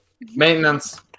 Maintenance